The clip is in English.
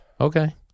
Okay